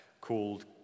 called